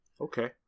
okay